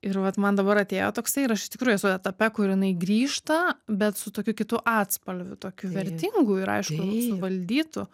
ir vat man dabar atėjo toksai ir aš iš tikrųjų esu etape kur jinai grįžta bet su tokiu kitu atspalviu tokiu vertingu ir aišku suvaldytu